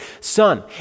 son